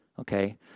Okay